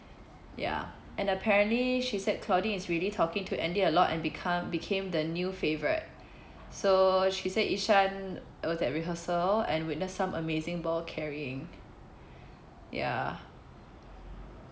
ya and apparently she said claudine is really talking to andy a lot and become became the new favourite so she said ishan was at rehearsal and witness some amazing ball carrying ya